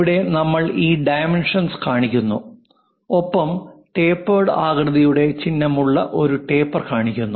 ഇവിടെ നമ്മൾ ഈ ഡൈമെൻഷൻസ് കാണിക്കുന്നു ഒപ്പം ടാപ്പേർഡ് ആകൃതിയുടെ ചിഹ്നമുള്ള ഒരു ടേപ്പർ കാണിക്കുന്നു